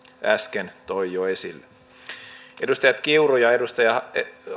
äsken toi jo esille edustaja kiuru ja edustaja